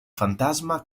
fantasma